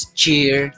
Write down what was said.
cheer